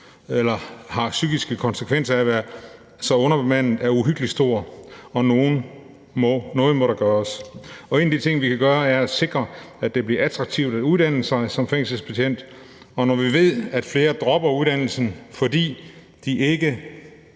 oplever psykiske konsekvenser af at være så underbemandede, er uhyggelig stor, og noget må der gøres. En af de ting, vi kan gøre, er at sikre, at det bliver attraktivt at uddanne sig til fængselsbetjent, og når vi ved, at flere dropper uddannelsen, fordi de ikke